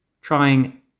trying